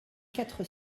quatre